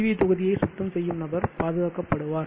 we தொகுதியை சுத்தம் செய்யும் நபர் பாதுகாக்கப் படுவார்